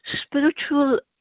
spiritual